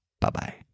Bye-bye